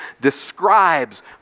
describes